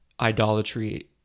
idolatry